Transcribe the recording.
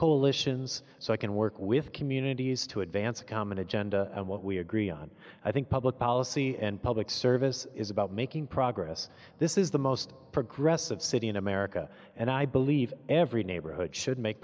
coalitions so i can work with communities to advance a common agenda and what we agree on i think public policy and public service is about making progress this is the most progressive city in america and i believe every neighborhood should make